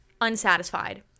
unsatisfied